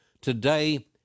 Today